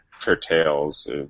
curtails